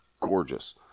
gorgeous